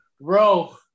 bro